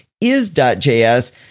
Is.js